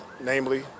namely